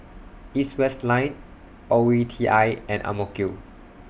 East West Line O E T I and Ang Mo Kio